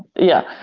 yeah.